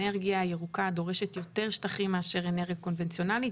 אנרגיה ירוקה דורשת יותר שטחים מאשר אנרגיה קונבנציונאלית,